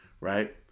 right